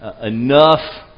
enough